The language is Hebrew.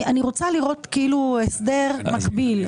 אני רוצה לראות כאילו הסדר מקביל.